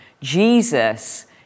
Jesus